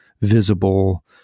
visible